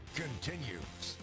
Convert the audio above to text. continues